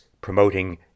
promoting